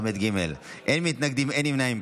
אין מתנגדים ואין נמנעים.